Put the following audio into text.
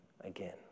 again